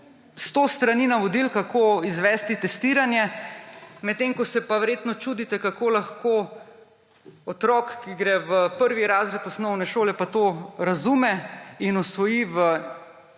100 strani navodil, kako izvesti testiranje, medtem ko se pa verjetno čudite, kako lahko otrok, ki gre v 1. razred osnovne šole, to razume in osvoji v